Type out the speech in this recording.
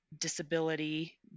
disability